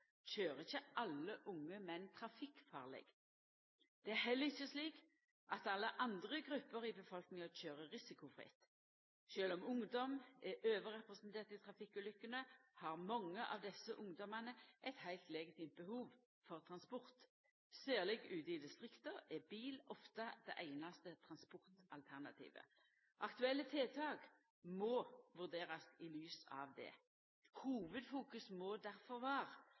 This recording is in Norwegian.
ikkje alle unge menn trafikkfarleg. Det er heller ikkje slik at alle andre grupper i befolkninga køyrer risikofritt. Sjølv om ungdom er overrepresenterte i trafikkulukkene, har mange av desse ungdomane eit heilt legitimt behov for transport. Særleg ute i distrikta er bil ofte det einaste transportalternativet. Aktuelle tiltak må vurderast i lys av dette. Hovudfokus må